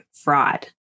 fraud